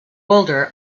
older